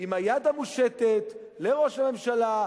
עם היד המושטת לראש הממשלה,